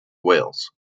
wales